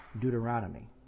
Deuteronomy